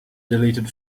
deleted